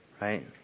right